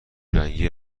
رنگی